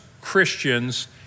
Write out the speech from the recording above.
Christians